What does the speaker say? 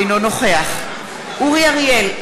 אינו נוכח אורי אריאל,